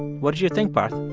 what did you think, parth?